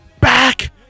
Back